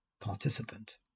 participant